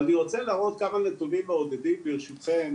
אבל אני רוצה להראות כמה נתונים מעודדים ברשותכם,